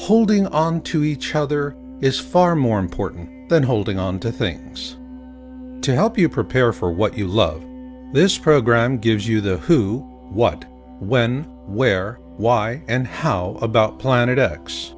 holding on to each other is far more important than holding on to things to help you prepare for what you love this program gives you the who what when where why and how about planet x